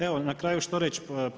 Evo na kraju što reći.